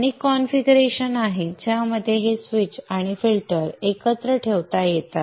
अनेक कॉन्फिगरेशन आहेत ज्यामध्ये हे स्विच आणि फिल्टर एकत्र ठेवता येतात